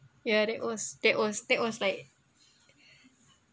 ya that was that was that was like